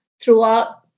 throughout